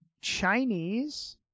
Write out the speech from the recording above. Chinese